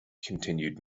continued